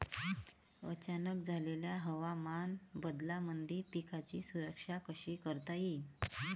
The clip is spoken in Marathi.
अचानक झालेल्या हवामान बदलामंदी पिकाची सुरक्षा कशी करता येईन?